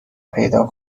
پیدا